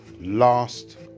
last